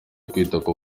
kwitwa